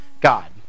God